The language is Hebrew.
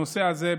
הנושא הזה,